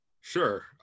Sure